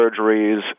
surgeries